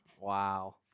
Wow